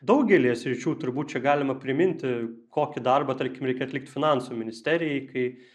daugelyje sričių turbūt čia galima priminti kokį darbą tarkim reikia atlikti finansų ministerijai kai